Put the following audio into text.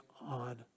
on